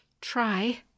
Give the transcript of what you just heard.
try